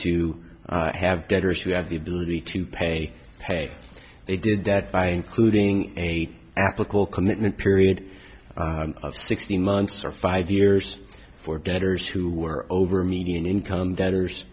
to have debtors who have the ability to pay pay they did that by including a applicable commitment period of sixteen months or five years for debtors who were over a median income debtors